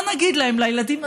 מה נגיד להם, לילדים?